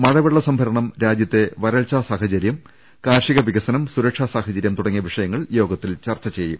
മഴവെള്ള സംഭരണം രാജ്യത്തെ വരൾച്ചാ സാഹചര്യം കാർഷിക വികസനം സുരക്ഷാ സാഹചര്യം തുടങ്ങിയ വിഷയങ്ങൾ യോഗത്തിൽ ചർച്ച ചെയ്യും